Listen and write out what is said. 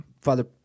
Father